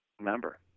member